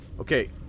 okay